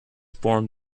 form